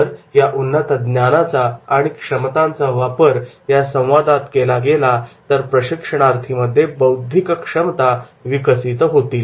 जर या उन्नत ज्ञानाचा आणि क्षमतांचा वापर या संवादात केला गेला तर प्रशिक्षणार्थीमध्ये बौद्धिक क्षमता विकसित होतील